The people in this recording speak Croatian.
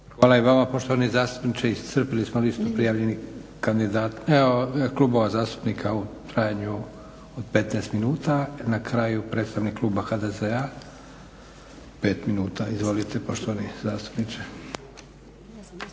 Hvala i vama poštovani zastupniče. Iscrpili smo listu kandidata kluba zastupnika u trajanju od 15 minuta. Na kraju predstavnik kluba HDZ-a pet minuta. Izvolite poštovani zastupniče.